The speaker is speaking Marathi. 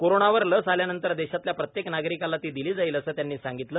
कोरोनावर लस आल्यानंतर देशातल्या प्रत्येक नागरिकाला ती दिली जाईल असं त्यांनी सांगितलं